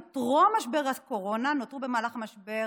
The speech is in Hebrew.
טרום משבר הקורונה נותרו במהלך המשבר